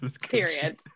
period